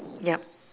yup